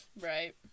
Right